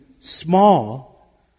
small